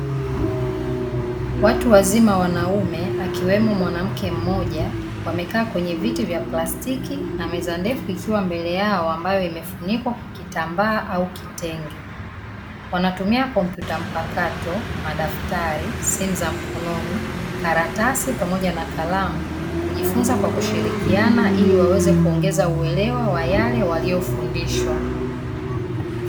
Watu wazima wanaume akiwemo mwanamke mmoja wamekaa kwenye viti vya plastiki na meza ndefu ikiwa mbele yao ambayo imefunikwa kwa kitambaa au kitenge. Wanatumia kompyuta mpakato, madaftari, simu za mkononi, karatasi pamoja na kalamu kujifunza; kwa kushirikiana ili waweze kuongeza uelewa wa yale waliyofundishwa.